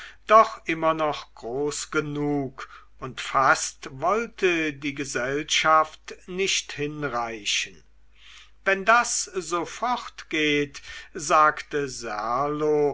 doch immer noch groß genug und fast wollte die gesellschaft nicht hinreichen wenn das so fortgeht sagte serlo